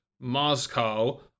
moscow